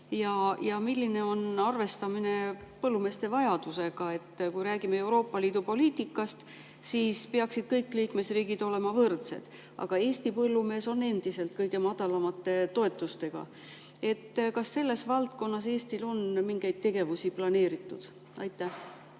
ja kuidas arvestatakse põllumeeste vajadusi? Kui räägime Euroopa Liidu poliitikast, siis peaksid kõik liikmesriigid olema võrdsed, aga Eesti põllumees on endiselt kõige madalamate toetustega. Kas selles valdkonnas on Eestil mingeid tegevusi planeeritud? Aitäh!